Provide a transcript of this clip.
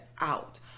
out